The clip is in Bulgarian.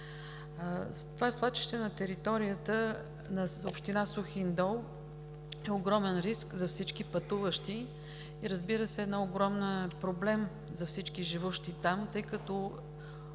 Това свлачище на територията на община Сухиндол е огромен риск за всички пътуващи и, разбира се, един огромен проблем за всички живущи там, тъй като